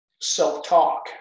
self-talk